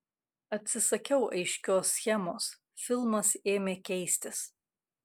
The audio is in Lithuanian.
atsisakiau aiškios schemos filmas ėmė keistis